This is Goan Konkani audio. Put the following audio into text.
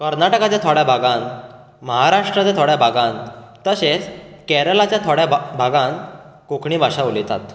कर्नाटकाच्या थोड्या भागांत महाराष्ट्राच्या थोड्या भागांत तशेंच केरऴाच्या थोड्या भा भागांत कोंकणी भाशा उलयतात